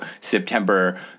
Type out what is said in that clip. September